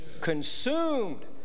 consumed